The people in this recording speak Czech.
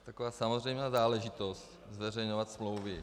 To je taková samozřejmá záležitost zveřejňovat smlouvy.